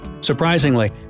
Surprisingly